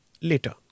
later